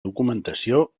documentació